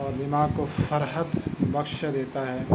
اور دماغ کو فرحت بخش دیتا ہے